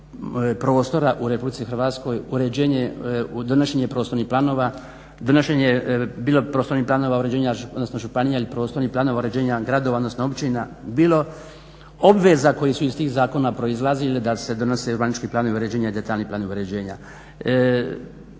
u RH, uređenje, donošenje prostornih planova, donošenje bilo prostornih planova uređenja županija, ili prostornih planova uređenja gradova odnosno općina bilo obveza koji su iz tih zakona proizlazili da se donosi urbanički planovi uređenja detaljni plan uređenja.